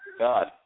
god